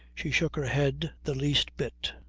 she shook her head the least bit.